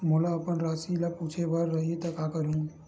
मोला अपन राशि ल पूछे बर रही त का करहूं?